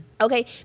okay